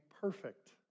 perfect